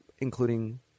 including